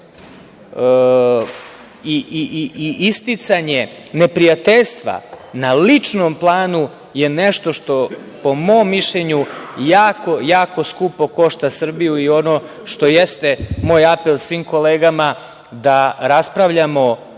i isticanje neprijateljstva na ličnom planu je nešto što po mom mišljenju jako skupo košta Srbiju. Ono što je moj apel svim kolegama, da raspravljamo